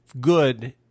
good